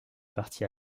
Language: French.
partie